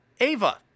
Ava